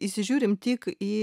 įsižiūrim tik į